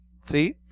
See